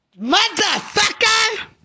Motherfucker